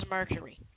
Mercury